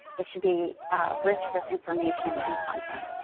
it should be rich with information and content.